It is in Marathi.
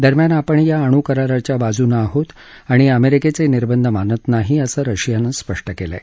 दरम्यान आपण या अणु कराराच्या बाजूनं आहोत आणि अमेरिकेचे निर्बंध मानत नाही असं रशियानं स्पष्ट केलं आहे